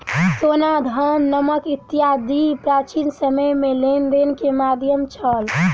सोना, धान, नमक इत्यादि प्राचीन समय में लेन देन के माध्यम छल